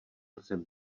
jsem